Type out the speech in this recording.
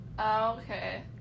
okay